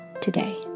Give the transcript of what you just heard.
today